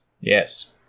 Yes